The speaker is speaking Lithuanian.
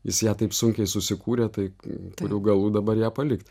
jis ją taip sunkiai susikūrė tai kurių galų dabar ją palikt